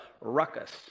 ruckus